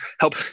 help